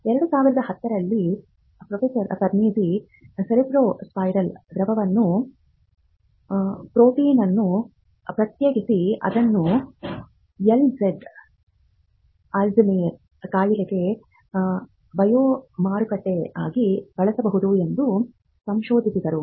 2010 ರಲ್ಲಿ professor Perneczky cerebrospinal ದ್ರವದಲ್ಲಿ protein ಅನ್ನು ಪ್ರತ್ಯೇಕಿಸಿ ಇದನ್ನು ಆಲ್ z ೈಮರ್ ಕಾಯಿಲೆಗೆ ಬಯೋಮಾರ್ಕರ್ ಆಗಿ ಬಳಸಬಹುದು ಎಂದು ಸಂಶೋಧಿಸಿದರು